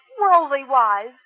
worldly-wise